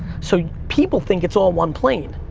so people think it's all one plane,